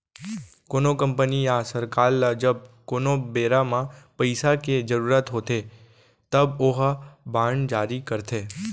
कोनो कंपनी या सरकार ल जब कोनो बेरा म पइसा के जरुरत होथे तब ओहा बांड जारी करथे